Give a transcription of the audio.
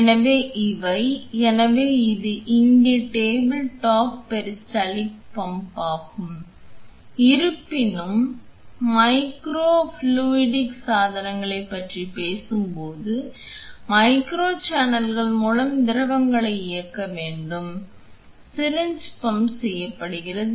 எனவே இவை எனவே இது இங்கே டேபிள் டாப் பெரிஸ்டால்டிக் பம்ப் ஆகும் இருப்பினும் மைக்ரோ ஃப்ளூய்டிக் சாதனங்களைப் பற்றி பேசும்போது மைக்ரோ சேனல்கள் மூலம் திரவங்களை இயக்க வேண்டும் சிரிஞ்ச் பம்ப் பயன்படுத்தப்படுகிறது